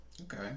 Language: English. Okay